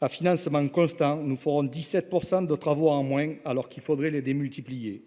à financement constant, nous ferons 17 % de travaux en moins alors qu'il faudrait les démultiplier